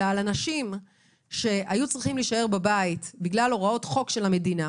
אלא על אנשים שהיו צריכים להישאר בבית בגלל הוראות חוק של המדינה,